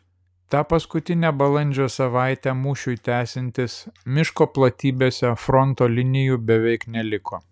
tą paskutinę balandžio savaitę mūšiui tęsiantis miško platybėse fronto linijų beveik neliko